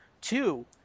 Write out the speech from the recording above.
two